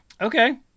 okay